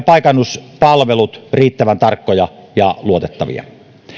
paikannuspalvelut riittävän tarkkoja ja luotettavia